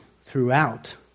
throughout